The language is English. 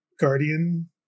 guardian